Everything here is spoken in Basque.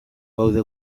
gaude